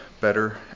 better